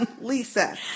Lisa